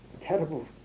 Terrible